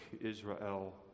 Israel